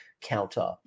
counter